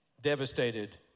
devastated